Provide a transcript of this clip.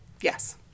Yes